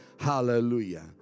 Hallelujah